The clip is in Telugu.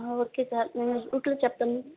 ఓకే సార్ రూట్లు చెప్తాను